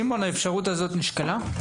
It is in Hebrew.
שמעון, האפשרות הזאת נשקלה?